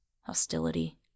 hostility